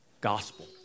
Gospel